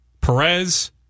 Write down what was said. Perez